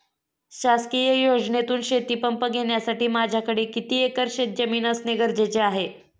शासकीय योजनेतून शेतीपंप घेण्यासाठी माझ्याकडे किती एकर शेतजमीन असणे गरजेचे आहे?